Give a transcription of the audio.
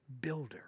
builder